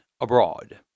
abroad